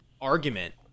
argument